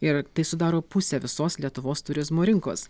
ir tai sudaro pusę visos lietuvos turizmo rinkos